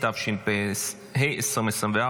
התשפ"ה 2024,